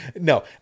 no